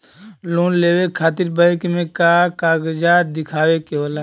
Loan लेवे खातिर bank मे का कागजात दिखावे के होला?